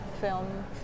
film